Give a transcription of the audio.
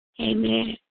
Amen